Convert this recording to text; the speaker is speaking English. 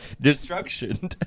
Destruction